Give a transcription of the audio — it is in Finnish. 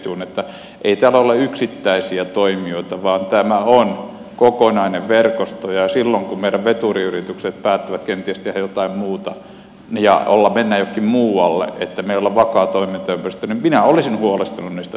ei täällä ole yksittäisiä toimijoita vaan tämä on kokonainen verkosto ja silloin kun meidän veturiyritykset päättävät kenties tehdä jotain muuta ja mennä jonnekin muualle siksi että me emme ole vakaa toimintaympäristö niin minä olisin huolestunut niistä työpaikoista